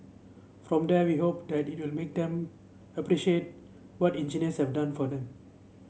from there we hope that it will make them appreciate what engineers have done for them